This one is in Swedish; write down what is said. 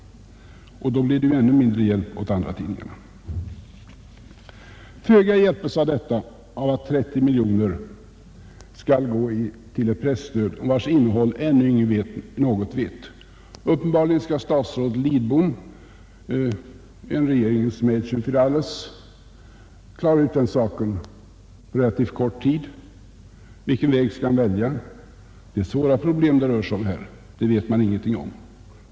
Således blir hjälpen åt andratidningarna ännu mindre. Föga hjälpes man i detta läge av att 30 miljoner kronor skall gå till ett presstöd, om vars innehåll ännu ingen vet något. Uppenbarligen skall statsrådet Lidbom — en regeringens Mädchen fär alles — klara ut den saken på relativt kort tid. Vilken väg skall han välja? Det rör sig om svåra problem. Det här vet man ingenting om.